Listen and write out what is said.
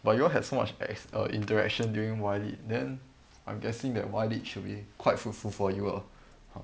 but you all had so much as err interaction during Y lead then I'm guessing that Y lead should be quite fruitful for you ah